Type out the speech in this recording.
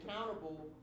accountable